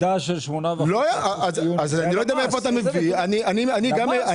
ירידה של 8.5%. אני לא יודע מאיפה אתה מביא את הנתונים.